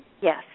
Yes